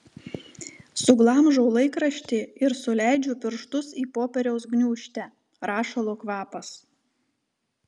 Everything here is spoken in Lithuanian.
suglamžau laikraštį ir suleidžiu pirštus į popieriaus gniūžtę rašalo kvapas